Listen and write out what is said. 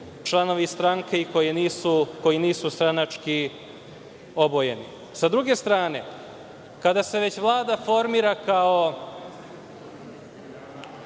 članovi stranke i koji nisu stranački obojeni.S druge strane, kada se Vlada već formira kao